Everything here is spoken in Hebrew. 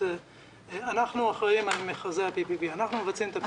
אנחנו מבצעים את ה-PPP.